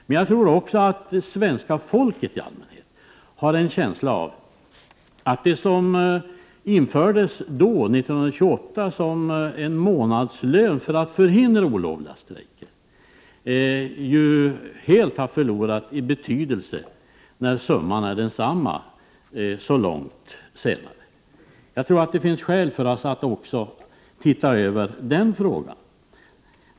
Men jag tror också att svenska folket i allmänhet har en känsla av att de böter på en månadslön som infördes 1928 för att förhindra olovliga strejker helt har förlorat sin betydelse när summan är densamma så långt senare. Jag tror att det finns skäl för oss att också titta över den frågan.